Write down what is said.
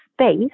space